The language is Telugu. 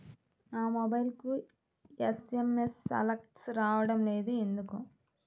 నా మొబైల్కు ఎస్.ఎం.ఎస్ అలర్ట్స్ రావడం లేదు ఎందుకు?